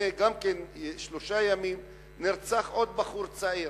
גם כן, לפני שלושה ימים נרצח עוד בחור צעיר,